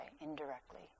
indirectly